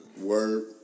Word